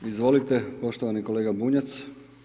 Izvolite, poštovani kolega Bunjac.